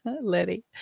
Letty